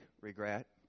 regret